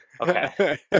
okay